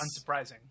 unsurprising